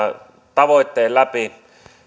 tavoitteen